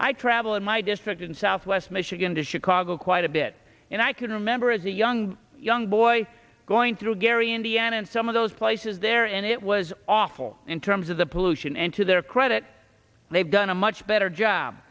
i travel in my district in southwest michigan to chicago quite a bit and i can remember as a young young boy going through gary indiana in some of those places there and it was awful in terms of the pollution and to their credit they've done a much better job